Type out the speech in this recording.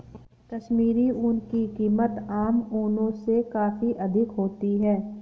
कश्मीरी ऊन की कीमत आम ऊनों से काफी अधिक होती है